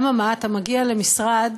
אממה, אתה מגיע למשרד